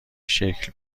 شکل